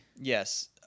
Yes